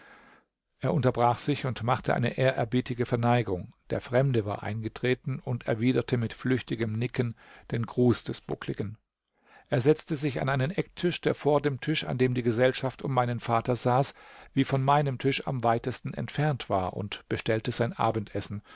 er unterbrach sich und machte eine ehrerbietige verneigung der fremde war eingetreten und erwiderte mit flüchtigem nicken den gruß des buckligen er setzte sich an einen ecktisch der vor dem tisch an dem die gesellschaft um meinen vater saß wie von meinem tisch am weitesten entfernt war und bestellte sein abendessen